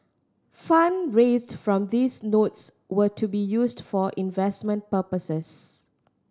fund raised from these notes were to be used for investment purposes